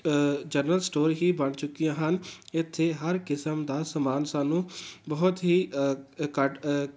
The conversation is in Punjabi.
ਜਨਰਲ ਸਟੋਰ ਹੀ ਬਣ ਚੁੱਕੀਆਂ ਹਨ ਇੱਥੇ ਹਰ ਕਿਸਮ ਦਾ ਸਮਾਨ ਸਾਨੂੰ ਬਹੁਤ ਹੀ ਘੱਟ